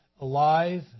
alive